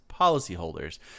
policyholders